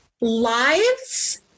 lives